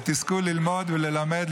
ותזכו ללמוד וללמד,